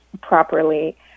properly